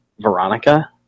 Veronica